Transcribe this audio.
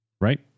right